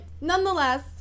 nonetheless